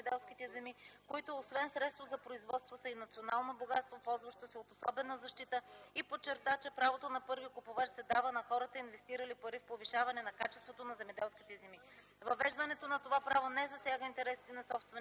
подчерта, че правото на първи купувач се дава на хората, инвестирали пари в повишаване на качеството на земеделските земи. Въвеждането на това право не засяга интересите на собствениците,